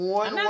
one